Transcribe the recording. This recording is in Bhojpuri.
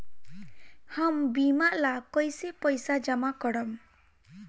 हम बीमा ला कईसे पईसा जमा करम?